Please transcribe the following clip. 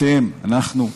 אתם, אנחנו,